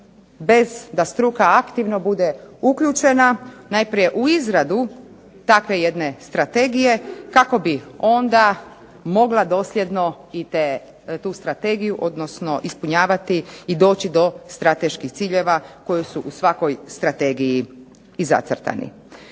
bez da struka aktivno bude uključena, najprije u izradu takve jedne strategije kako bi onda mogla dosljedno i tu strategiju, odnosno ispunjavati i doći do strateških ciljeva koji su u svakoj strategiji i zacrtani.